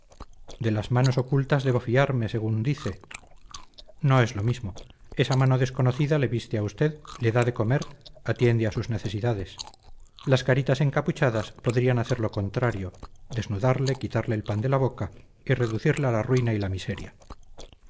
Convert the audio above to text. de las manos ocultas debo fiarme según dice no es lo mismo esa mano desconocida le viste a usted le da de comer atiende a sus necesidades las caritas encapuchadas podrían hacer lo contrario desnudarle quitarle el pan de la boca y reducirle a la ruina y la miseria